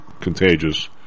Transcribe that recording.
contagious